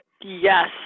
Yes